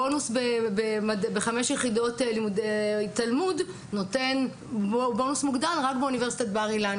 בונוס עבור חמש יחידות תלמוד ניתן רק באוניברסיטת בר-אילן